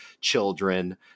children